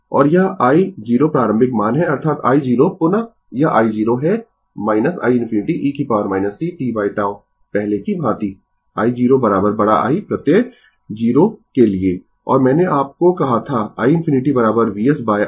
और यह i0 प्रारंभिक मान है अर्थात i0 पुनः यह i0 है iinfinitye t tτ पहले की भांति i0 बड़ा I प्रत्यय 0 के लिए और मैंने आपको कहा था iinfinity Vs R